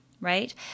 right